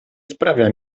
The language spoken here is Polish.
sprawia